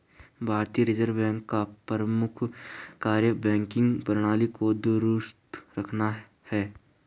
भारतीय reserve bank का प्रमुख कार्य बैंकिंग प्रणाली को दुरुस्त रखना है